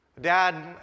Dad